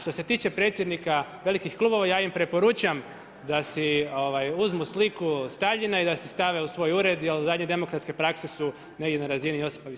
Što se tiče predsjednika velikih klubova ja im preporučam da si uzmu sliku Staljina i da si stave u svoj ured jer zadnje demokratske prakse su negdje na razini Josif Visarionoviča.